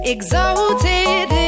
Exalted